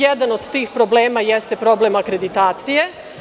Jedan od tih problema jeste problem akreditacije.